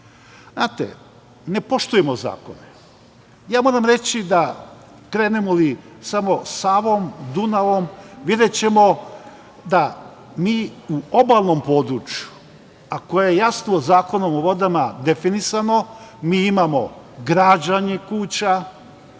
imamo. Znate, ne poštujemo zakone. Krenemo li samo Savom, Dunavom, videćemo da mi u obalnom području, a koje je jasno Zakonom o vodama definisano, mi imamo građenje kuća,